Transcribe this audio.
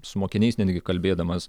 su mokiniais netgi kalbėdamas